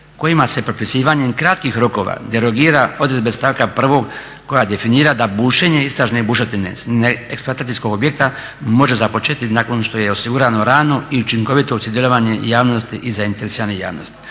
kojima se propisivanjem kratkih rokova derogira odredbe stavka 1. koja definira da bušenje istražne bušotine eksploatacijskog objekta može započeti nakon što je osigurano rano i učinkovito sudjelovanje javnosti i zainteresirane javnosti.